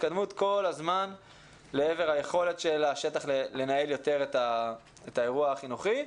בהתקדמות כל הזמן לעבר היכולת של השטח לנהל יותר את האירוע החינוכי.